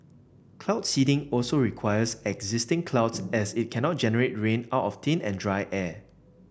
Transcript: cloud seeding also requires existing clouds as it cannot generate rain out of thin and dry air